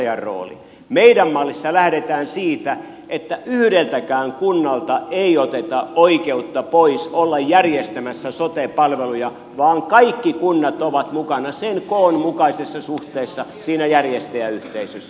meidän mallissamme lähdetään siitä että yhdeltäkään kunnalta ei oteta oikeutta pois olla järjestämässä sote palveluja vaan kaikki kunnat ovat mukana kokonsa mukaisessa suhteessa siinä järjestäjäyhteisössä